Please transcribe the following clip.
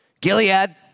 Gilead